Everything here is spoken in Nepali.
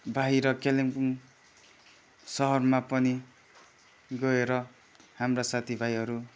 बाहिर कालिम्पोङ सहरमा पनि गएर हाम्रा साथीभाइहरू